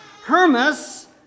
Hermas